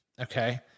Okay